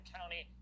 County